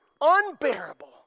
unbearable